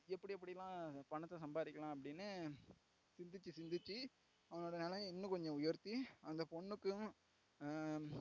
எப்படியெப்படில்லாம் பணத்தை சம்பாரிக்கலாம் அப்படின்னு சிந்திச்சு சிந்திச்சு அவனோட நிலய இன்னும் கொஞ்சம் உயர்த்தி அந்த பொண்ணுக்கும்